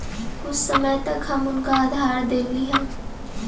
कुछ समय तक हम उनका उधार देली हल